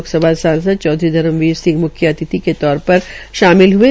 लोकसभा सांसद चौधरी धर्मबीर सिंह म्ख्य अतिथि के तौर पर शामिल हये